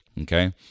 okay